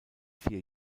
vier